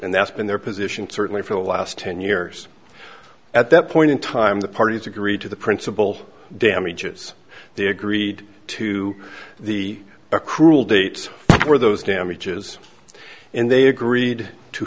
and that's been their position certainly for the last ten years at that point in time the parties agreed to the principle damages they agreed to the accrual dates for those damages and they agreed to